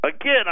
Again